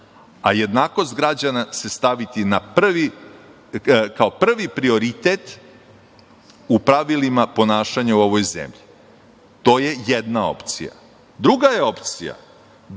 a jednakost građana se staviti kao prvi prioritet u pravilima ponašanja u ovoj zemlji. To je jedna opcija. Druga je opcija, da